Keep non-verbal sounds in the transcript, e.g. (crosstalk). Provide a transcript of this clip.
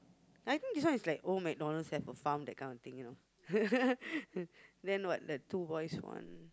I think this one is like old McDonald's have a farm that kind of thing you know (laughs) then what the two boys one